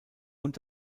und